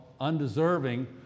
undeserving